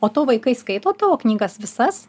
o tavo vaikai skaito tavo knygas visas